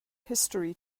history